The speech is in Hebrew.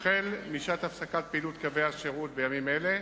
משעת הפסקת פעילות קווי השירות בימים אלה